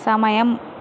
సమయం